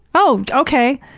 oh ok.